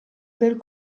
del